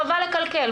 חבל לקלקל.